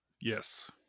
yes